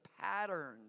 patterns